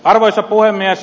arvoisa puhemies